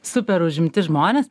super užimti žmonės